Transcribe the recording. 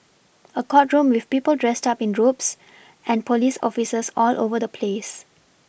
a courtroom with people dressed up in robes and police officers all over the place